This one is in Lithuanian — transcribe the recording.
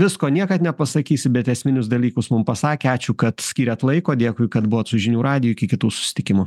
visko niekad nepasakysi bet esminius dalykus mum pasakė ačiū kad skyrėt laiko dėkui kad buvot su žinių radiju iki kitų susitikimų